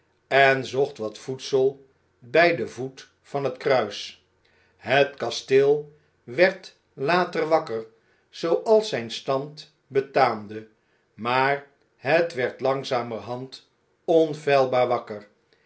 en zocht wat voedsel bjj den voet van het kruis het kasteel werd later wakker zooals zjjn stand betaamde maar het werd langzamerhand onfeilbaar wakker